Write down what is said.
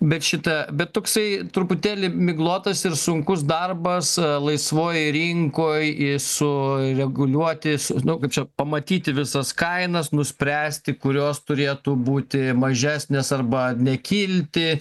bet šita bet toksai truputėlį miglotas ir sunkus darbas laisvojoj rinkoj su reguliuotis nu kaip čia pamatyti visas kainas nuspręsti kurios turėtų būti mažesnės arba nekilti